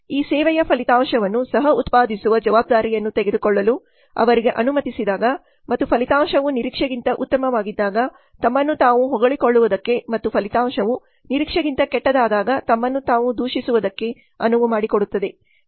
ಈ ಸೇವೆಯ ಫಲಿತಾಂಶವನ್ನು ಸಹ ಉತ್ಪಾದಿಸುವ ಜವಾಬ್ದಾರಿಯನ್ನು ತೆಗೆದುಕೊಳ್ಳಲು ಅವರಿಗೆ ಅನುಮತಿಸಿದಾಗ ಮತ್ತು ಫಲಿತಾಂಶವು ನಿರೀಕ್ಷೆಗಿಂತ ಉತ್ತಮವಾಗಿದ್ದಾಗ ತಮ್ಮನ್ನು ತಾವು ಹೊಗಳಿಕೊಳ್ಳುವುದ್ದಕ್ಕೆ ಮತ್ತು ಫಲಿತಾಂಶವು ನಿರೀಕ್ಷೆಗಿಂತ ಕೆಟ್ಟದಾದಾಗ ತಮ್ಮನ್ನು ತಾವು ದೂಷಿಸುವುದ್ದಕ್ಕೆ ಅನುವುಮಾಡಿಕೊಡುತ್ತದೆ